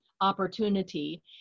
opportunity